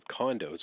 condos